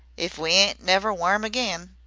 if we ain't never warm agaen.